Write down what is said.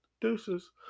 Deuces